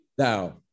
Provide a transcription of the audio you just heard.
Now